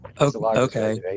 Okay